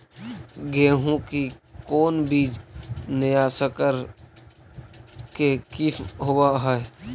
गेहू की कोन बीज नया सकर के किस्म होब हय?